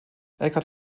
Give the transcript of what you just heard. eckart